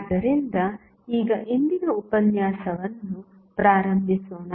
ಆದ್ದರಿಂದ ಈಗ ಇಂದಿನ ಉಪನ್ಯಾಸವನ್ನು ಪ್ರಾರಂಭಿಸೋಣ